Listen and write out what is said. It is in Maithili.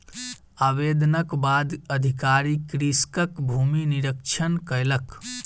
आवेदनक बाद अधिकारी कृषकक भूमि निरिक्षण कयलक